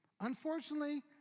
unfortunately